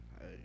Hey